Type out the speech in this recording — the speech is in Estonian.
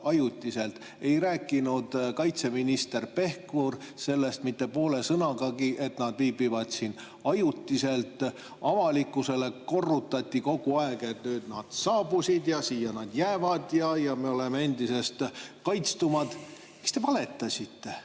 ajutiselt. Ei rääkinud kaitseminister Pevkur sellest poole sõnagagi, et nad viibivad siin ajutiselt. Avalikkusele korrutati kogu aeg, et nüüd nad saabusid ja siia nad jäävad ja me oleme endisest kaitstumad. Miks te valetasite?